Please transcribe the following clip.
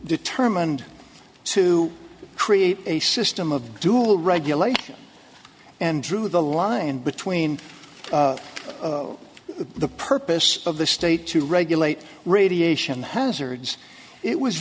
determined to create a system of dual regulator and drew the line between the purpose of the state to regulate radiation hazards it was